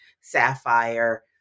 Sapphire